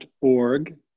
org